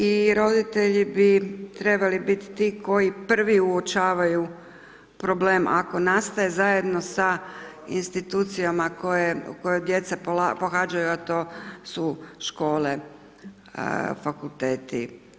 I roditelji bi trebali biti ti koji prvi uočavaju problem ako nastaje, zajedno sa institucijama u kojim djeca pohađaju, a to su škole, fakulteti.